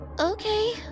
Okay